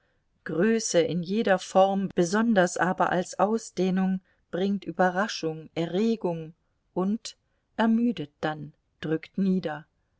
größe in jeder form besonders aber als ausdehnung bringt überraschung erregung und ermüdet dann drückt nieder